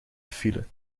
file